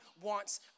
wants